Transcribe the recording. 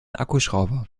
akkuschrauber